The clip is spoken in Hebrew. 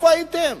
איפה הייתם?